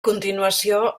continuació